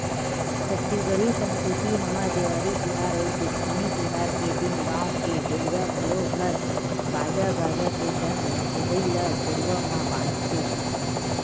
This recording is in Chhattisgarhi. छत्तीसगढ़ी संस्कृति हमर देवारी तिहार अउ जेठवनी तिहार के दिन गाँव के गहिरा घरो घर बाजा गाजा के संग सोहई ल गरुवा म बांधथे